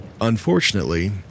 Unfortunately